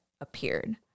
appeared